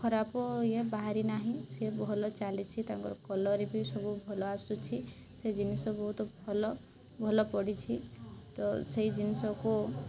ଖରାପ ଇଏ ବାହାରି ନାହିଁ ସିଏ ଭଲ ଚାଲିଛି ତାଙ୍କର କଲର୍ ବି ସବୁ ଭଲ ଆସୁଛି ସେ ଜିନିଷ ବହୁତ ଭଲ ଭଲ ପଡ଼ିଛି ତ ସେହି ଜିନିଷକୁ